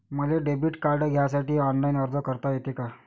मले debit card घ्यासाठी online अर्ज करता येते का?